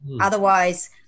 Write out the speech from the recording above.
Otherwise